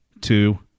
two